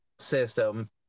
system